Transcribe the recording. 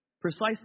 precisely